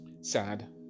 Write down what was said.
sad